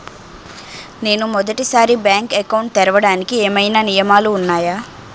నేను మొదటి సారి బ్యాంక్ అకౌంట్ తెరవడానికి ఏమైనా నియమాలు వున్నాయా?